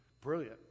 Brilliant